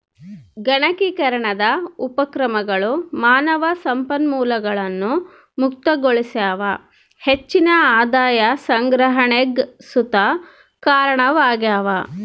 ಗಣಕೀಕರಣದ ಉಪಕ್ರಮಗಳು ಮಾನವ ಸಂಪನ್ಮೂಲಗಳನ್ನು ಮುಕ್ತಗೊಳಿಸ್ಯಾವ ಹೆಚ್ಚಿನ ಆದಾಯ ಸಂಗ್ರಹಣೆಗ್ ಸುತ ಕಾರಣವಾಗ್ಯವ